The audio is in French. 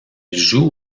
joue